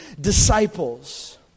Disciples